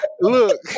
Look